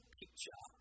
picture